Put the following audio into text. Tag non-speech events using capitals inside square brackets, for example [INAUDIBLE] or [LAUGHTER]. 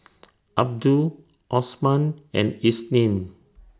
[NOISE] Abdul Osman and Isnin